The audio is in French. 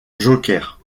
joker